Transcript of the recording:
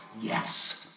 Yes